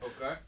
Okay